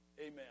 Amen